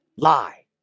lie